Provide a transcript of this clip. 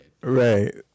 Right